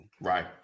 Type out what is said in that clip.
Right